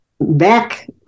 back